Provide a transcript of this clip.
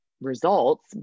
results